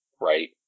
right